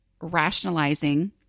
rationalizing